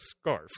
scarf